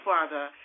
Father